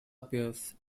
appears